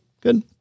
good